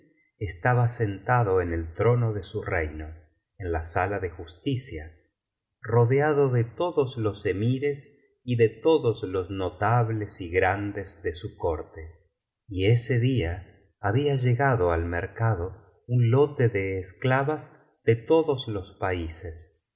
estaba sentado en el trono de su reino en la sala de justicia rodeado de todos los emires y de todos los notables y grandes de su corte y ese día había llegado al mercado un lote de esclavas de todos los países